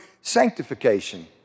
sanctification